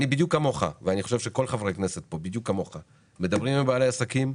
אני בדיוק כמוך, אופיר, מדבר עם בעלי עסקים.